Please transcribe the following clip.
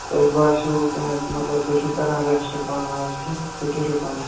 تۄہہ باسیوٕ کیٚنٛہہ مطلب تُہۍ چھو کَران ریٚسٹہٕ پانہٕ از کیٚنٛہہ تُہۍ کیاہ چھو پانہٕ کَران